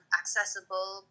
accessible